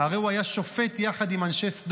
הרי הוא הוא היה שופט יחד עם אנשי סדום,